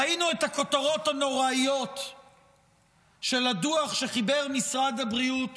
ראינו את הכותרות הנוראיות של הדוח שחיבר משרד הבריאות